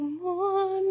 more